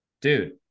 dude